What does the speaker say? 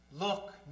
Look